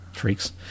freaks